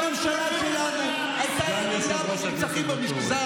בממשלה שלנו הייתה ירידה בנרצחים במגזר